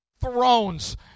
Thrones